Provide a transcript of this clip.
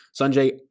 Sanjay